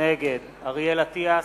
נגד אריאל אטיאס,